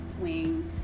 wing